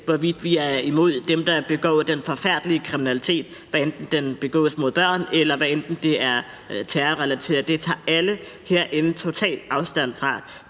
hvorvidt vi er imod dem, der begår den forfærdelige kriminalitet, hvad enten den begås mod børn eller er terrorrelateret. Det tager alle herinde totalt afstand fra.